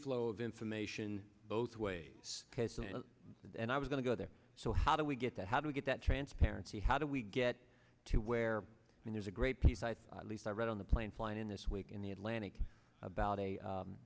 flow of information both ways and i was going to go there so how do we get there how do we get that transparency how do we get to where and there's a great piece i leased i read on the plane flying in this week in the atlantic about a